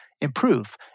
improve